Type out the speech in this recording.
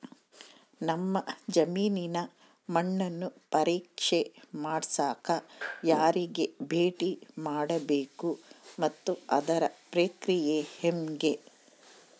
ನಮ್ಮ ಜಮೇನಿನ ಮಣ್ಣನ್ನು ಪರೇಕ್ಷೆ ಮಾಡ್ಸಕ ಯಾರಿಗೆ ಭೇಟಿ ಮಾಡಬೇಕು ಮತ್ತು ಅದರ ಪ್ರಕ್ರಿಯೆ ಹೆಂಗೆ?